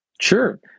Sure